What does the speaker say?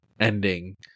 Ending